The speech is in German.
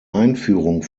einführung